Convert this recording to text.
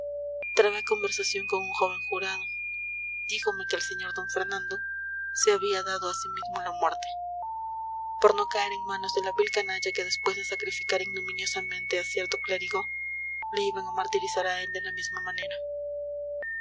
trabé conversación con un joven jurado díjome que el sr d fernando se había dado a sí mismo la muerte por no caer en manos de la vil canalla que después de sacrificar ignominiosamente a cierto clérigo le iban a martirizar a él de la misma manera